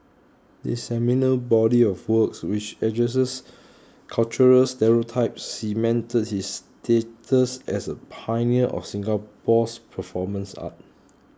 this seminal body of works which addresses cultural stereotypes cemented his status as a pioneer of Singapore's performance art